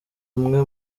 umwe